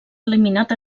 eliminat